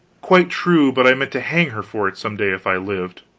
quite true, but i meant to hang her for it some day if i lived.